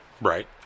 Right